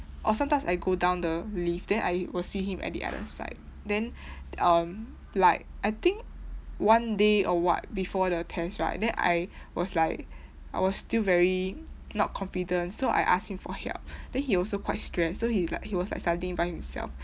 or sometimes I go down the lift then I will see him at the other side then um like I think one day or what before the test right then I was like I was still very not confident so I asked him for help then he also quite stressed so he's like he was like studying by himself